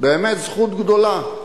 באמת זכות גדולה.